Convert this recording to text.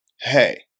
hey